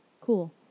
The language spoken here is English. Cool